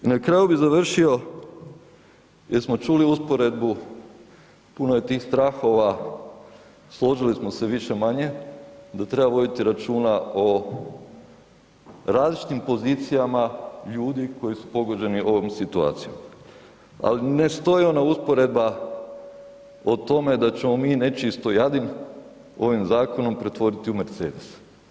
I na kraju bi završio jer smo čuli usporedbu puno je tih strahova, složili smo se više-manje da treba voditi računa o različitim pozicijama ljudi koji su pogođeni ovom situacijom, ali ne stoji ona usporedba o tome da ćemo mi nečiji Stojadin ovim zakonom pretvoriti u Mercedes.